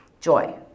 joy